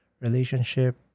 relationship